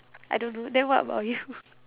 I don't know then what about you